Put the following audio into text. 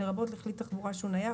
לרבות לכלי תחבורה כשהוא נייח,